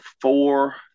four